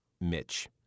Mitch